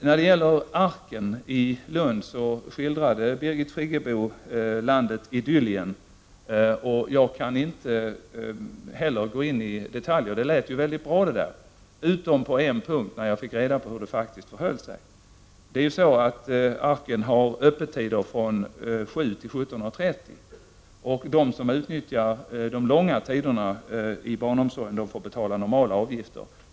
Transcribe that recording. När det gäller Arken i Lund skildrade Birgit Friggebo landet Idyllien. Jag kan inte gå in på detaljer, men det lät mycket bra — utom på en punkt, där jag har fått reda på hur det faktiskt förhåller sig. Arken har öppet från kl. 7 till 17.30, och de som utnyttjar den långa tiden får betala normala avgifter.